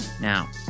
Now